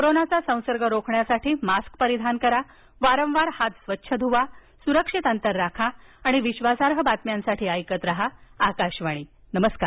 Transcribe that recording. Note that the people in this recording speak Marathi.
कोरोनाचा संसर्ग रोखण्यासाठी मास्क परिधान करा वारंवार हात स्वच्छ धुवा सुरक्षित अंतर राखा आणि विश्वासार्ह बातम्यांसाठी ऐकत राहा आकाशवाणी नमस्कार